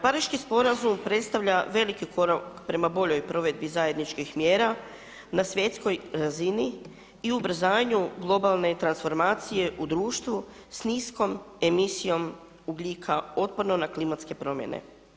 Pariški sporazum predstavlja veliki korak prema boljoj provedbi zajedničkih mjera na svjetskoj brzini i ubrzanju globalne transformacije u društvu sa niskom emisijom ugljika otporno na klimatske promjene.